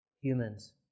humans